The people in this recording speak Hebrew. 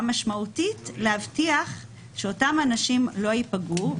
משמעותית להבטיח שאותם אנשים לא ייפגעו,